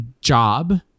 job